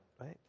right